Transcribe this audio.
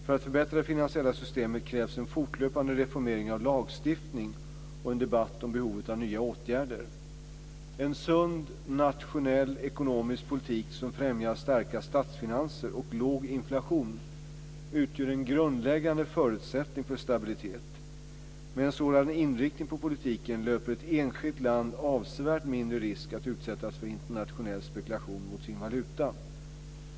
För att förbättra det finansiella systemet krävs en fortlöpande reformering av lagstiftning och en debatt om behovet av nya åtgärder. En sund nationell ekonomisk politik, som främjar starka statsfinanser och låg inflation, utgör en grundläggande förutsättning för stabilitet. Med en sådan inriktning på politiken löper ett enskilt land avsevärt mindre risk att utsättas för internationell spekulation mot sin valuta.